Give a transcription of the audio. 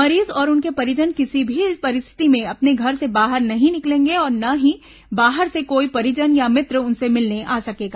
मरीज और उनके परिजन किसी भी परिस्थिति में अपने घर से बाहर नहीं निकलेंगे और न ही बाहर से कोई परिजन या मित्र उनसे मिलने आ सकेगा